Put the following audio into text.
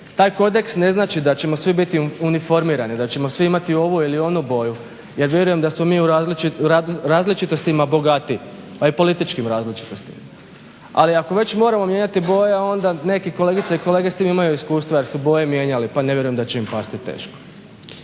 Taj kodeks ne znači da ćemo svi biti uniformirani, da ćemo svi imati ovu ili onu boju. Ja vjerujem da smo mi u različitostima bogatiji, a i političkim različitostima. Ali ako već moramo mijenjati boje onda neki kolegice i kolege s time imaju iskustva jer su boje mijenjali, pa ne vjerujem da će im pasti teško.